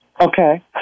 Okay